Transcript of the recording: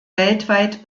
weltweit